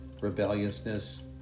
rebelliousness